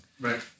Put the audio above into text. Right